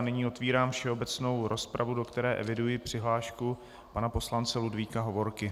Nyní otevírám všeobecnou rozpravu, do které eviduji přihlášku pana poslance Ludvíka Hovorky.